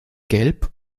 gelb